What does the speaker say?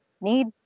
need